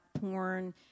porn